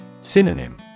Synonym